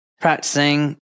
practicing